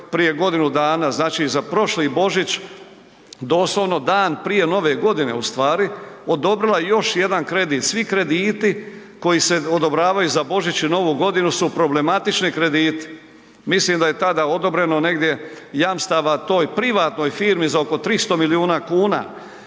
prije godinu dana, znači i za prošli Božić, doslovno dan prije Nove godine ustvari odobrila još jedan kredit? Svi krediti koji se odobravaju za Božić i Novu godinu su problematični krediti. Mislim da je tada odobreno negdje jamstava toj privatnoj firmi za oko 300 miliona kuna.